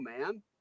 man